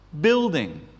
building